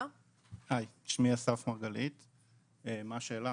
מה השאלה?